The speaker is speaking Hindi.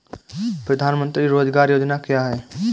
प्रधानमंत्री रोज़गार योजना क्या है?